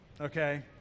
Okay